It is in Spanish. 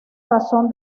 razón